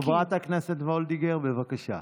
חברת הכנסת וולדיגר, בבקשה.